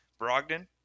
Brogdon